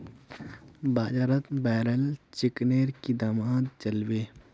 बाजारत ब्रायलर चिकनेर की दाम च ल छेक